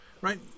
Right